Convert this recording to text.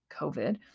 COVID